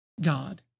God